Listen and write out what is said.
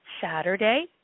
Saturday